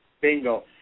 Bingo